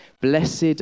Blessed